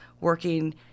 working